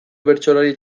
bertsolari